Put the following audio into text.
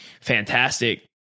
fantastic